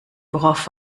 worauf